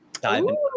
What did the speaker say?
diamond